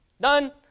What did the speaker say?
Done